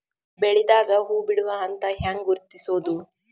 ಬೆಳಿದಾಗ ಹೂ ಬಿಡುವ ಹಂತ ಹ್ಯಾಂಗ್ ಗುರುತಿಸೋದು?